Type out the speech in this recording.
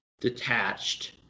detached